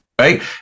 right